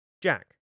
Jack